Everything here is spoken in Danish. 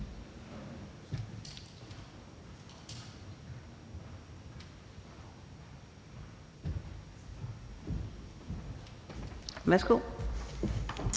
Værsgo.